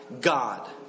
God